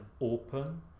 open